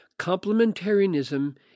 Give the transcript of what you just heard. Complementarianism